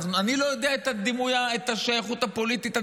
אני לא יודע מה השייכות הפוליטית.